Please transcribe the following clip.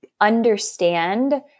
understand